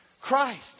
Christ